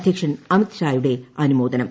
അധ്യക്ഷൻ അമിത്ഷായുടെ അനുമോദനം